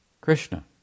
Krishna